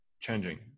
changing